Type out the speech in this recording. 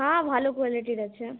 হ্যাঁ ভালো কোয়ালিটির আছে